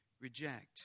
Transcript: reject